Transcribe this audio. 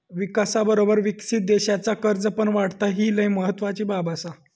विकासाबरोबर विकसित देशाचा कर्ज पण वाढता, ही लय महत्वाची बाब आसा